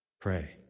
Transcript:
Pray